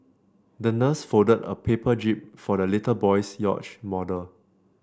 the nurse folded a paper jib for the little boy's yacht model